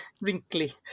Wrinkly